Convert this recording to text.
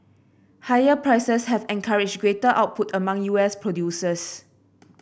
higher prices have encouraged greater output among U S producers